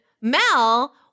Mel